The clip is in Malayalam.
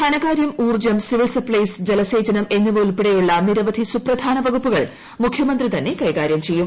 ധനകാര്യം ഊർജ്ജം സിവിൽ സപ്ലൈസ് ജലസേചനം എന്നിവ് ഉൾപ്പെടെയുള്ള നിരവധി സുപ്രധാന വകുപ്പുകൾ മുഖ്യമന്ത്രി തന്നെ കൈകാര്യം ചെയ്യും